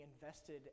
invested